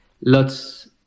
lots